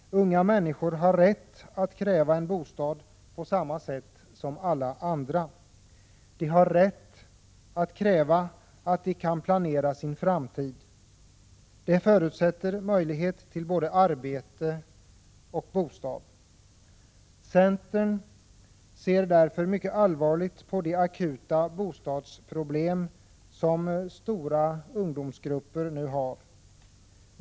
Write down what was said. Unga människor har rätt att kräva en bostad på samma sätt som alla andra. De har rätt att kräva att de kan planera sin framtid. Det förutsätter möjlighet till både arbete och bostad. Centern ser därför mycket allvarligt på de akuta bostadsproblem som stora ungdomsgrupper nu har.